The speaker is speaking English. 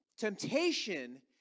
Temptation